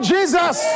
Jesus